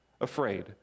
afraid